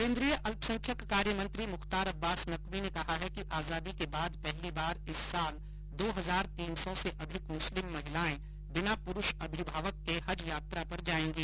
केन्द्रीय अल्पसंख्यक कार्य मंत्री मुख्तार अब्बास नकवी ने कहा है कि आजादी के बाद पहली बार इस साल दो हजार तीन सौ से अधिक मुस्लिम महिलाएं बिना प्रुष अभिभावक के हज यात्रा पर जाएंगी